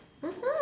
mmhmm